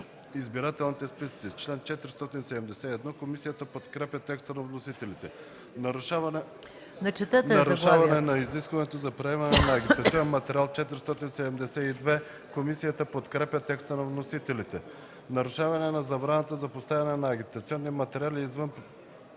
избирателните списъци”– чл. 471. Комисията подкрепя текста на вносителите. „Нарушаване на изискването за премахване на агитационен материал” – чл. 472. Комисията подкрепя текста на вносителите. „Нарушаване на забраната за поставяне на агитационни материал извън